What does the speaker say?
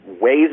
ways